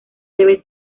deben